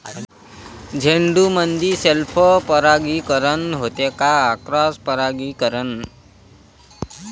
झेंडूमंदी सेल्फ परागीकरन होते का क्रॉस परागीकरन?